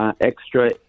Extra